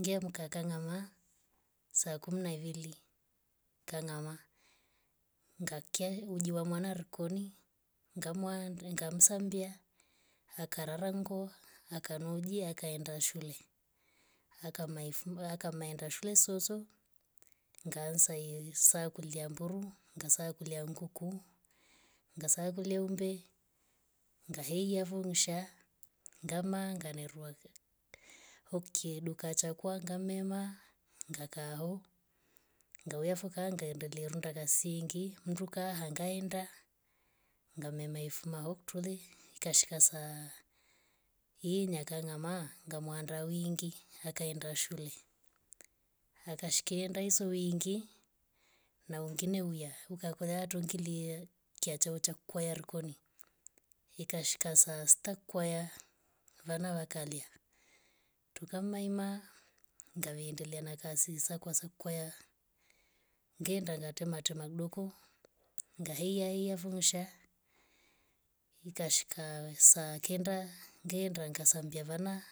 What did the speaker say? Ngemka kangama saa kumi na ivili. kangama ngakya uji wa mwana rikoni. ngamwa ngamsambya akarera ngo akanuji akaenda shule. akamaenda shule soso ngaanza yoye saa kulya mburu. ngasa kulya nguku. ngasa kulya umbe. ngaheiya vungusha ngama nganeruwa hokiye duka cha kwangamema ngaka hoo nduwa foo kangaenda riulunda ngaasingi mnduka hangaenda ngamemaifuma hoktoule iksahika inya kangama ngamuanda wingi akaenda shule akashaenda izo wingi na wengine uya ukakoyaute ngili kiakchakwa kwaya rikoni. ikashika saa sita kwaya wana wakalya tukamaima ngawia endelea na kazi za kwa kwaya. ngeenda ngatematema doko ngahiyahiya fungusha. ikashika saa kenda. ngeenda